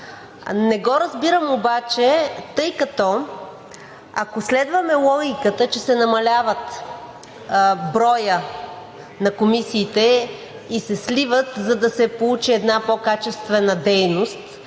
Не разбирам обаче, тъй като, ако следваме логиката, че се намалява броят на комисиите и се сливат, за да се получи една по-качествена дейност